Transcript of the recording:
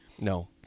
No